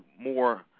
more